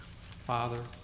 Father